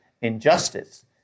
injustice